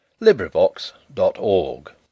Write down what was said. LibriVox.org